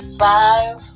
five